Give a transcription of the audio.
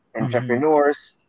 entrepreneurs